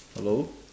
hello